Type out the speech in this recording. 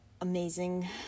amazing